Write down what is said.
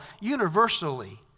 universally